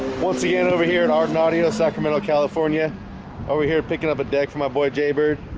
once the in over here in arden audino, sacramento, california over here picking up a deck for my boy j-bird.